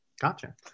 Gotcha